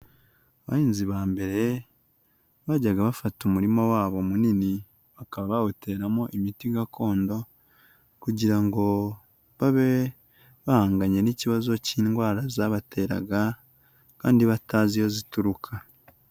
Abahinzi ba mbere bajyaga bafata umurima wabo munini, bakaba bawuteramo imiti gakondo kugira ngo babe bahanganye n'ikibazo cy'indwara zabateraga kandi batazi iyo zituruka.